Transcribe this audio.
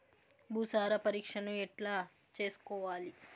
భూసార పరీక్షను ఎట్లా చేసుకోవాలి?